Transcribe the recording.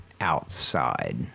outside